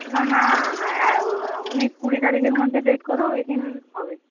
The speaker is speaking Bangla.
না না অ্যা উনিশ কুড়ি তারিখের মধ্যে ডেট করো ওই দিন হবে